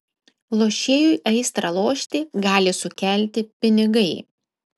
lošėjui aistrą lošti gali sukelti pinigai